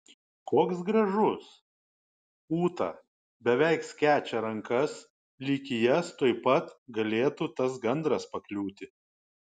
koks gražus ūta beveik skečia rankas lyg į jas tuojau pat galėtų tas gandras pakliūti